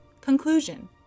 Conclusion